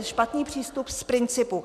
Špatný přístup z principu.